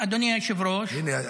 אדוני היושב-ראש --- הינה,